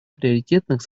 приоритетных